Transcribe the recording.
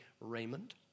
Raymond